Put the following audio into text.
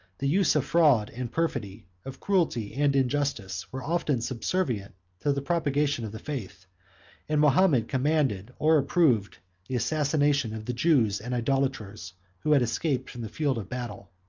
the use of fraud and perfidy, of cruelty and injustice, were often subservient to the propagation of the faith and mahomet commanded or approved the assassination of the jews and idolaters who had escaped from the field of battle.